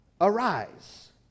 Arise